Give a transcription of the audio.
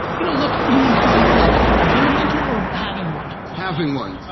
you know, look, you mean from the perspective of being a mentor or having one? having one.